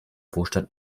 wohlstand